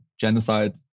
genocide